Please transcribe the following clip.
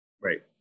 Right